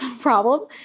problem